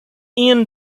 iain